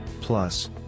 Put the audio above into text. Plus